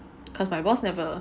cause my boss never